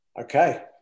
Okay